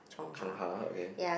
Chung-Ha okay